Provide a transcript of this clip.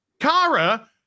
Kara